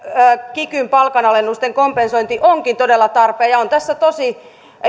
kikyn palkanalennusten kompensointi onkin todella tarpeen ja on tässä tosi